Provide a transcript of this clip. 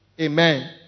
Amen